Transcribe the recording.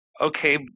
Okay